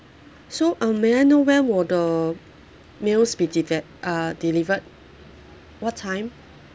so um may I know where will the meals be detect uh delivered what time